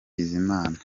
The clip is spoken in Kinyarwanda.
bizimana